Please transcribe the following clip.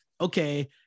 okay